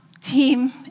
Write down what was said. team